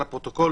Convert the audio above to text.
לפרוטוקול